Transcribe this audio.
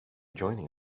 joining